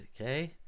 Okay